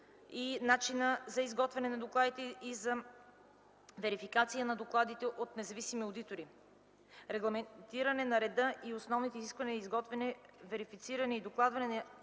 и начина за изготвяне на докладите и за верификация на докладите от независими одитори. Регламентиране на реда и основните изисквания за изготвяне, верифициране и докладване на